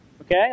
Okay